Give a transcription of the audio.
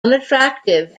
unattractive